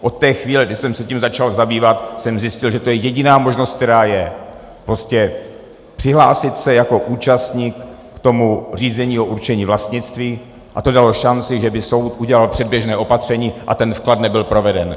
Od té chvíle, kdy jsem se tím začal zabývat, jsem zjistil, že to je jediná možnost, která je přihlásit se jako účastník k tomu řízení o určení vlastnictví a to by dalo šanci, že by soud udělal předběžné opatření a ten vklad nebyl proveden.